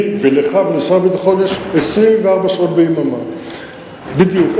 לי ולך ולשר הביטחון יש 24 שעות ביממה בדיוק.